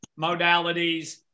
modalities